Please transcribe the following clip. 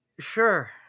sure